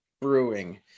Brewing